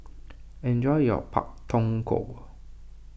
enjoy your Pak Thong Ko